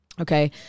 Okay